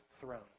throne